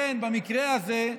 כן, במקרה הזה,